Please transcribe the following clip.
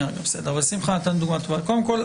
אגפים במשרד מבקר המדינה עסקו בנו שלוש